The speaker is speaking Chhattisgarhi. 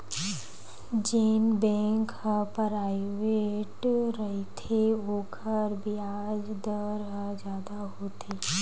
जेन बेंक ह पराइवेंट रहिथे ओखर बियाज दर ह जादा होथे